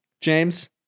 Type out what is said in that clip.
James